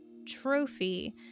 trophy